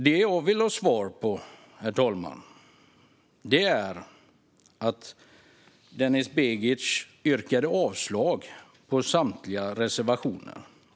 Det jag vill ha svar på, herr talman, är varför Denis Begic yrkade avslag på samtliga reservationer.